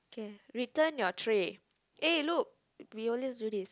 k return your tray eh look we always do this